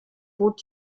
bot